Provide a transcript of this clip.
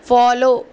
follow